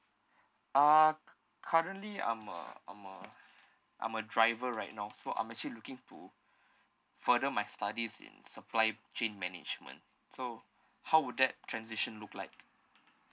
uh currently I'm a I'm a I'm a driver right now so I'm actually looking to further my studies in supply chain management so how would that transition look like